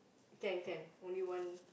can can only one